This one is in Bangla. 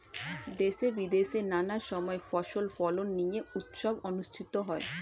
দেশে বিদেশে নানা সময় ফসল ফলন নিয়ে উৎসব অনুষ্ঠিত হয়